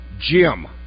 Jim